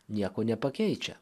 nieko nepakeičia